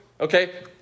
okay